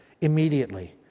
immediately